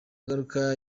ngaruka